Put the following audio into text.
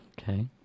Okay